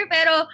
Pero